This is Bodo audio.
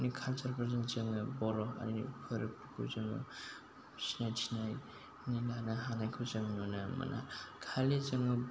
नि कालसार फोरजों जोङो बर' हारिनि फोरबखौ जोङो सिनाय थिनायनि लानो हानायखौ जोङो नुनो मोनो खालि जोङो